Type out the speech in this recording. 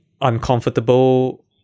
uncomfortable